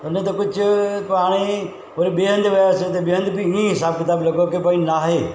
हुन त कुझु पाणे ई वरी ॿिए हंधु वियासे हुते ॿिए हंधु बि हीअं हिसाबु किताबु लॻो की बई नाहे